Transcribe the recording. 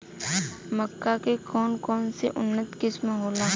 मक्का के कौन कौनसे उन्नत किस्म होला?